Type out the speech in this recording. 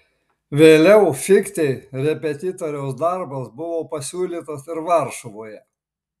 vėliau fichtei repetitoriaus darbas buvo pasiūlytas ir varšuvoje